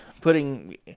putting